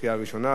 בקריאה ראשונה.